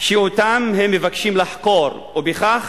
שאותם הם מבקשים לחקור, ובכך